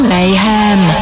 Mayhem